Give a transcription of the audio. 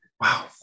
Wow